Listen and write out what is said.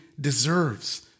deserves